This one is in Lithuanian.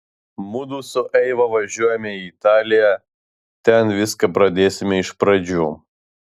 mudu su eiva važiuojame į italiją ten viską pradėsime iš pradžių